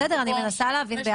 בסדר, אני מנסה להבין יחד איתך.